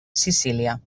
sicília